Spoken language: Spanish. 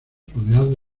rodeados